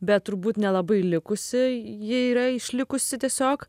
bet turbūt nelabai likusi ji yra išlikusi tiesiog